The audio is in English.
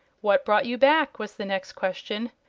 what brought you back? was the next question,